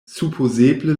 supozeble